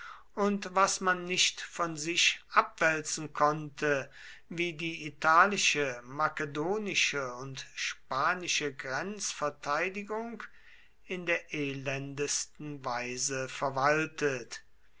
und was man nicht von sich abwälzen konnte wie die italische makedonische und spanische grenzverteidigung in der elendesten weise verwaltet